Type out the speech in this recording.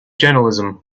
journalism